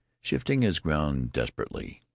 shifting his ground desperately.